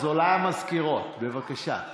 אז אולי המזכירות, בבקשה.